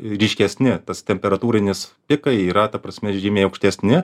ryškesni tas temperatūrinis pikai yra ta prasme žymiai aukštesni